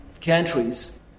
countries